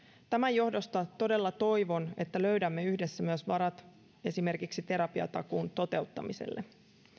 tämän johdosta todella toivon että löydämme yhdessä myös varat esimerkiksi terapiatakuun toteuttamiselle